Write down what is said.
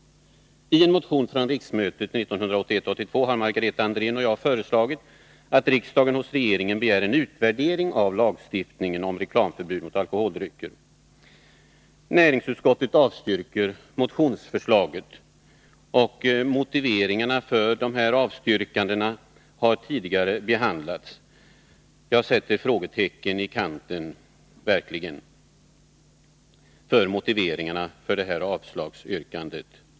I en motion från riksmötet 1981/82 har Margareta Andrén och jag föreslagit att riksdagen hos regeringen begär en utvärdering av lagstiftningen om reklamförbud mot alkoholdrycker. Näringsutskottet avstyrker motionsförslaget. Motiveringarna för avslagsyrkandet har tidigare berörts. Jag sätter verkligen ett frågetecken i kanten för motiveringarna till detta avslagsyrkande.